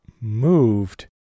moved